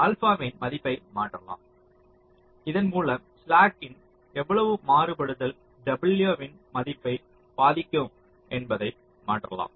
ஆல்பாவின் மதிப்பை மாற்றலாம் இதன் மூலம் ஸ்லாக் இன் எவ்வளவு மாறுபாடுதல் w இன் மதிப்பை பாதிக்கும் என்பதை மாற்றலாம்